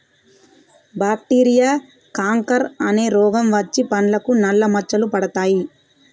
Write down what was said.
bacteria canker అనే రోగం వచ్చి పండ్లకు నల్ల మచ్చలు పడతాయి